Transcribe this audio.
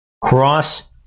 Cross